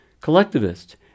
collectivist